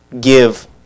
give